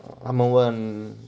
他们问